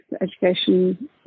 education